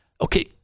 okay